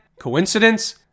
Coincidence